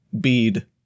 bead